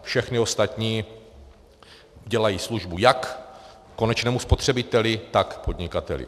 Všechny ostatní dělají službu jak konečnému spotřebiteli, tak podnikateli.